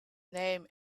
name